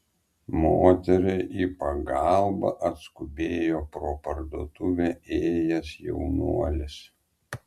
moteriai į pagalbą atskubėjo pro parduotuvę ėjęs jaunuolis